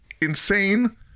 insane